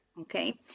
Okay